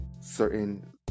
certain